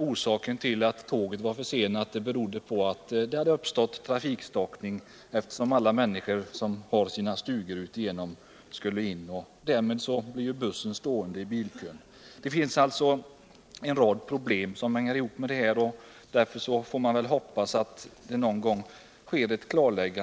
Orsaken till att bussarna blivit försenade var att det hade uppstått trafikstockningar på vägarna när alla människor som har sommarstugor i de här trakterna skulle resa hem i sina bilar. Bussarna blev då stående i bilkön. Det finns alltså här många problem, och man får därför hoppas att det någon gång blir klarlagt